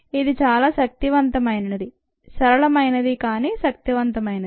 ఇది చాలా శక్తివంతమైనది సరళమైనది కానీ శక్తివంతమైనది